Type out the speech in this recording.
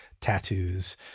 tattoos